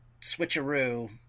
Switcheroo